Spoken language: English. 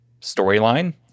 storyline